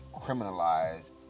criminalize